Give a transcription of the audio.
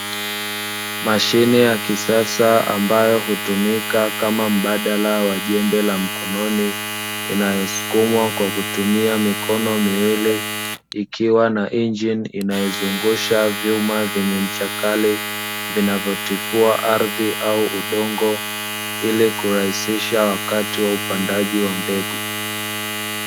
Mashine ya kisasa ambayo hutumika kama mbadala wa jembe la mkononi inayosukumwa kwa kutumia mikono miwili, ikiwa na injini inayozungusha vyuma vyenye ncha kali vinavyotifua ardhi au udongo ili kurahisisha wakati wa upandaji wa mbegu.